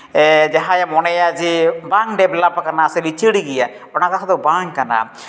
ᱡᱟᱦᱟᱸᱭᱮ ᱢᱚᱱᱮᱭᱟ ᱡᱮ ᱵᱟᱝ ᱰᱮᱵᱷᱞᱚᱯ ᱟᱠᱟᱱᱟ ᱥᱮ ᱞᱤᱪᱟᱹᱲ ᱜᱮᱭᱟ ᱚᱱᱟ ᱠᱟᱛᱷᱟ ᱫᱚ ᱵᱟᱝ ᱠᱟᱱᱟ